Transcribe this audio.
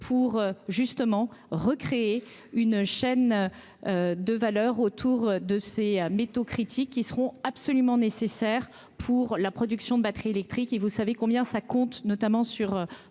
pour justement recréer une chaîne de valeurs autour de c'est à métaux critiques qui seront absolument nécessaires pour la production de batteries électriques, et vous savez combien ça compte notamment sur